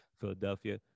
Philadelphia